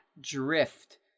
drift